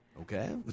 Okay